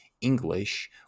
English